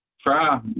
try